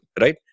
right